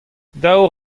daou